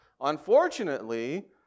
Unfortunately